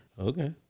Okay